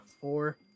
four